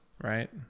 right